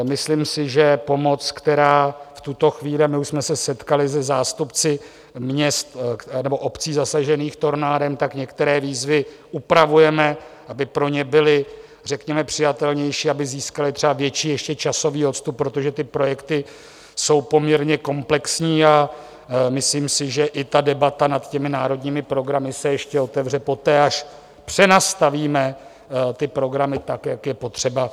Myslím si, že pomoc, která v tuto chvíli, a my už jsme se setkali se zástupci měst nebo obcí zasažených tornádem, tak některé výzvy upravujeme, aby pro ně byly řekněme přijatelnější, aby získaly třeba ještě větší časový odstup, protože ty projekty jsou poměrně komplexní, a myslím si, že i ta debata nad těmi národními programy se ještě otevře poté, až přenastavíme ty programy tak, jak je potřeba.